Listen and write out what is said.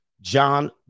John